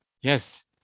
Yes